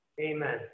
Amen